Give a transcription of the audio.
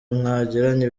mwagiranye